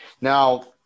now